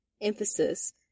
emphasis